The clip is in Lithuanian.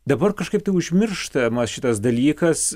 dabar kažkaip užmirštama šitas dalykas